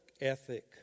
ethic